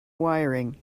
wiring